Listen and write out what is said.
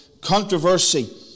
controversy